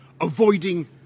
avoiding